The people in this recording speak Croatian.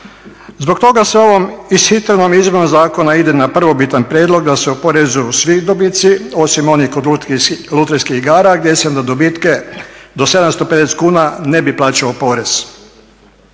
Zbog toga se ovom ishitrenom izmjenom zakona ide na prvobitan prijedlog da se oporezuju svi dobici, osim onih kod lutrijskih igara gdje se na dobitke do 750 kuna ne bi plaćao porez.